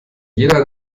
jeder